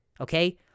okay